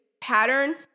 pattern